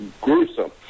gruesome